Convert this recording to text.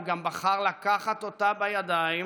הוא גם בחר לקחת אותה בידיים